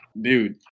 dude